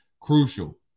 crucial